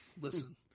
Listen